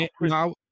now